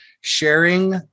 sharing